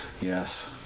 Yes